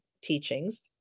teachings